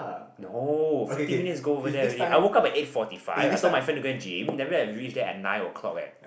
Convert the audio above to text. no fifteen minutes go over there already I woke up at eight forty five I told my friend to go and gym then I reach there at nine O-clock eh